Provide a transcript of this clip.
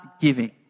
giving